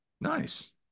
Nice